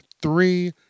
three